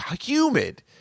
humid